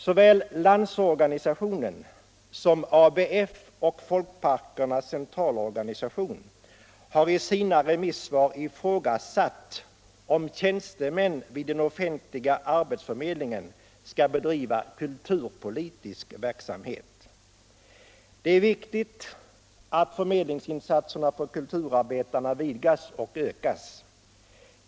Såväl LO som ABF och Folkparkernas centralorganisation har i sina remissvar ifrågasatt om tjänstemän vid den offentliga arbetsförmedlingen skall bedriva kulturpolitisk verksamhet. 119 120 Det är viktigt att förmedlingsinsatserna för kulturarbetarna vidgas och ökas.